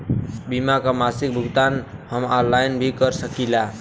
बीमा के मासिक भुगतान हम ऑनलाइन भी कर सकीला?